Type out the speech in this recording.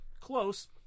Close